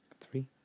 three